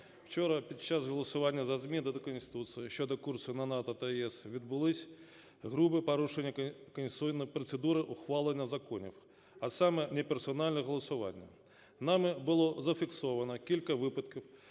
вчора під час голосування за зміни до Конституції щодо курсу на НАТО та ЄС відбулися грубі порушення конституційної процедури ухвалення законів, а саме неперсональне голосування. Нами було зафіксовано кілька випадків